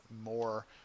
more